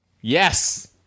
Yes